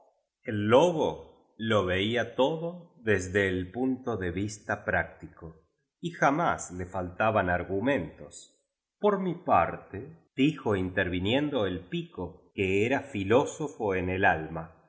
el lobo lo veía todo desde el punto de vista práctico y jamás le faltaban argumentos por mi partedijo interviniendo el pico que era filósofo en el alma